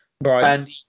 right